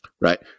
Right